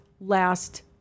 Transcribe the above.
last